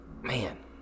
man